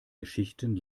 geschichten